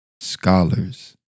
scholars